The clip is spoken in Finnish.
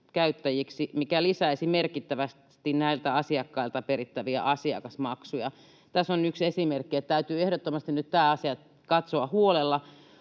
mikä lisäisi merkittävästi näiltä asiakkailta perittäviä asiakasmaksuja. Tässä on yksi esimerkki, että täytyy ehdottomasti nyt tämä asia katsoa huolella.